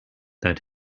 that